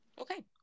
Okay